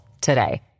today